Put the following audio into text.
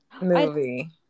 movie